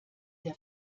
der